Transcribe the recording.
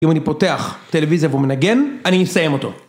אם אני פותח טלוויזיה ומנגן, אני אסיים אותו.